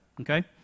okay